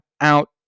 out